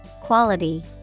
quality